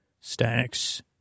Stacks